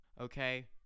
okay